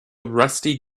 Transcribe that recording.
rusty